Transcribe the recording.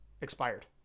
expired